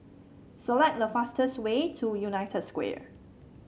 select the fastest way to United Square